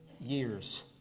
years